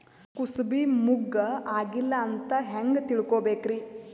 ಕೂಸಬಿ ಮುಗ್ಗ ಆಗಿಲ್ಲಾ ಅಂತ ಹೆಂಗ್ ತಿಳಕೋಬೇಕ್ರಿ?